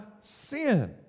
sin